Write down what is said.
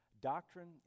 Doctrine